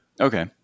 Okay